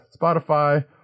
Spotify